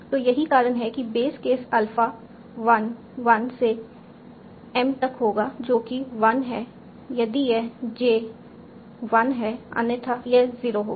तो यही कारण है कि बेस केस अल्फा 11 से m तक होगा जो कि 1 है यदि यह j 1 है अन्यथा यह 0 होगा